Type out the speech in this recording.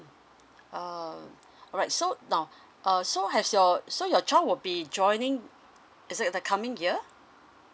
err alright so now uh so has your so your child will be joining is it the coming year